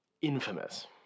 infamous